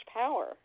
power